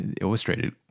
illustrated